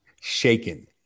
Shaken